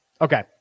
Okay